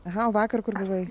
aha o vakar kur gavai